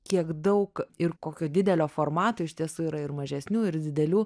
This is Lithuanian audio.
kiek daug ir kokio didelio formato iš tiesų yra ir mažesnių ir didelių